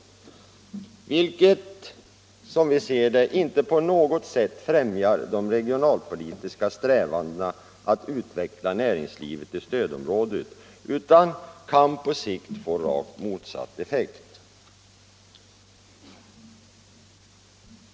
Som vi ser det främjar inte dessa förslag på något sätt de regionalpolitiska strävandena att utveckla näringslivet i stödområdena, utan på sikt kan de få rakt motsatt effekt.